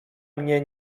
mnie